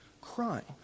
crying